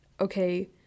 Okay